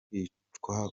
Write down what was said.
kwicwa